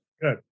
Good